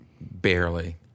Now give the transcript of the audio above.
Barely